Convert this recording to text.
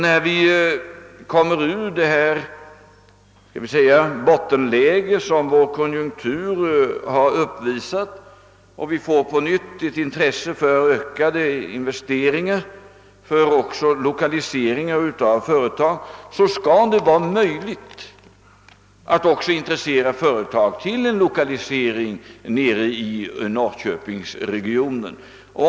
När vi kommer ur det bottenläge som vår konjunktur nu har uppvisat och på nytt får intresse för ökade investeringar och för lokaliseringar av företag skall det vara möjligt att också intressera företag för en lokalisering till norrköpingsregionen.